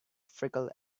flickered